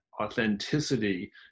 authenticity